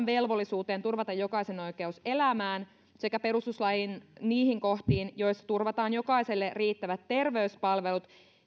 velvollisuuteen turvata jokaisen oikeus elämään sekä perustuslain niihin kohtiin joissa turvataan jokaiselle riittävät terveyspalvelut